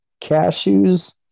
cashews